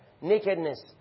nakedness